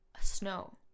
Snow